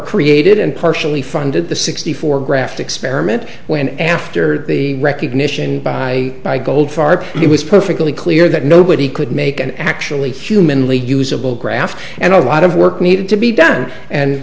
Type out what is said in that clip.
created and partially funded the sixty four graft experiment when after the recognition by by goldfarb it was perfectly clear that nobody could make an actually humanly usable graph and a lot of work needed to be done and